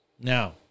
Now